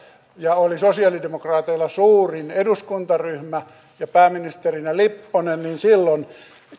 ja oli sosialidemokraateilla suurin eduskuntaryhmä ja pääministerinä lipponen